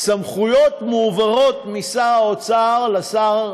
שהסמכויות מועברות משר האוצר לשר